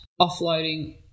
offloading